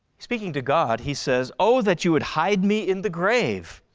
speaking to god he says, oh, that you would hide me in the grave,